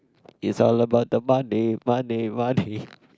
it's all about the money money money